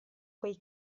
quei